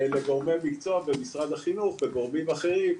לגורמי מקצוע במשרד החינוך, לגורמים אחרים.